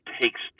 takes